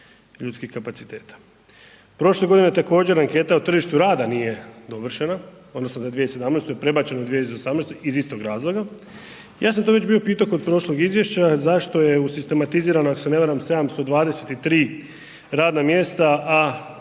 ljudskih kapaciteta. Prošle godine također anketa o tržištu rada nije dovršena odnosno za 2017. je prebačena u 2018. iz istog razloga. Ja sam to već bio pito kod prošlog izvješća zašto je usistematizirano ako se ne varam 723 radna mjesta, a